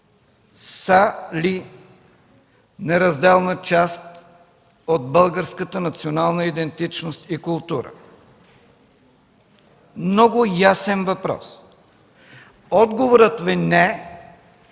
са ли неразделна част от българската национална идентичност и култура? Много ясен въпрос. Отговорът Ви „не”